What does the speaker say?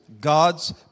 God's